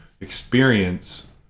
experience